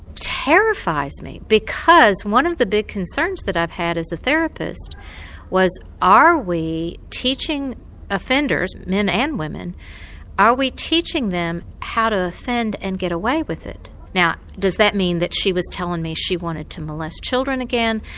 terrifies me because one of the big concerns that i've had as a therapist was are we teaching offenders men and women are we teaching them how to offend and get away with it. now does that mean that she was telling me that she wanted to molest children again?